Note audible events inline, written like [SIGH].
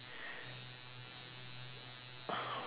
[BREATH]